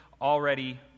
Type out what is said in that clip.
already